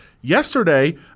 yesterday